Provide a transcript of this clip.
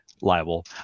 liable